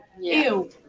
Ew